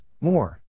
more